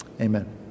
Amen